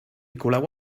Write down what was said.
coleu